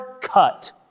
cut